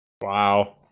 wow